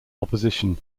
opposition